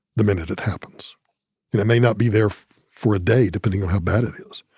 the minute it happens. and they may not be there for a day, depending on how bad it is.